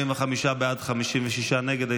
45 בעד, 56 נגד.